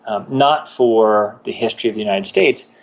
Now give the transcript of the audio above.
um not for the history of the united states,